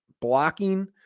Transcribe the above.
blocking